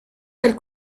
del